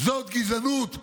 זאת גזענות,